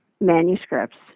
manuscripts